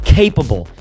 capable